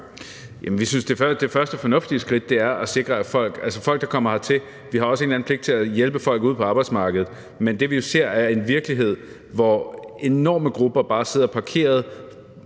vi synes, det første fornuftige skridt er at sikre folk, der kommer hertil. Vi har også en eller anden pligt til at hjælpe folk ud på arbejdsmarkedet. Men det, vi jo ser, er en virkelighed, hvor enorme grupper bare sidder parkeret